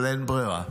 אבל אין ברירה.